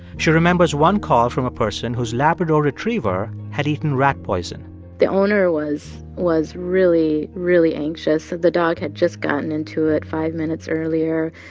she remembers one call from a person whose labrador retriever had eaten rat poison the owner was was really, really anxious, said the dog had just gotten into it five minutes earlier.